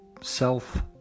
Self